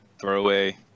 throwaway